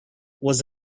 was